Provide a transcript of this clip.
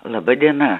laba diena